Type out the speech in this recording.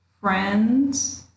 friends